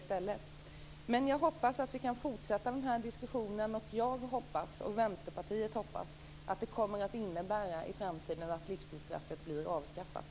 Jag och Vänsterpartiet hoppas att vi kan fortsätta den här diskussionen och att livstidsstraffet i framtiden blir avskaffat.